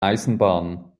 eisenbahn